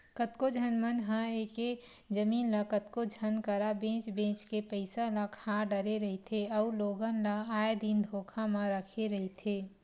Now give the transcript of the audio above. कतको झन मन ह एके जमीन ल कतको झन करा बेंच बेंच के पइसा ल खा डरे रहिथे अउ लोगन ल आए दिन धोखा म रखे रहिथे